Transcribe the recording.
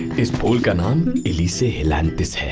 is liliaceae helianthus.